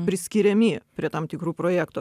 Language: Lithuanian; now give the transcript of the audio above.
priskiriami prie tam tikrų projektų